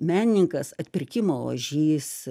menininkas atpirkimo ožys